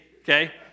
okay